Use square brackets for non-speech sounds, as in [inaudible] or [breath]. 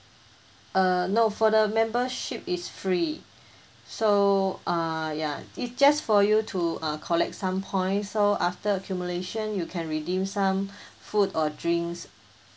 uh no for the membership it's free [breath] so uh ya it's just for you to uh collect some points so after accumulation you can redeem some [breath] food or drinks